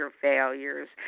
failures